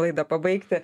laidą pabaigti